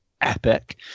epic